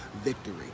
victory